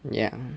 ya